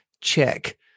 check